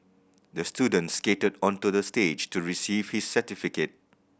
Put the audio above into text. the student skated onto the stage to receive his certificate